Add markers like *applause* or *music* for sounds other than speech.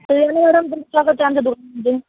*unintelligible*